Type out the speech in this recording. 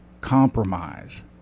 Compromise